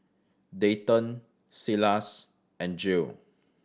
Dayton Silas and Jill